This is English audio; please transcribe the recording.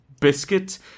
biscuit